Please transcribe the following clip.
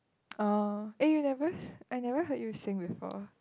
oh eh you never I never heard you sing before